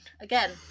Again